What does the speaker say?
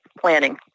planning